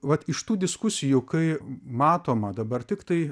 vat iš tų diskusijų kai matoma dabar tiktai